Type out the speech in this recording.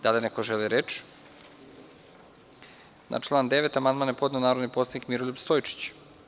Da li neko želi reč? (Ne.) Na član 9. amandman je podneo narodni poslanik Miroljub Stojčić.